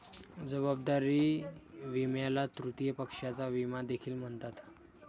जबाबदारी विम्याला तृतीय पक्षाचा विमा देखील म्हणतात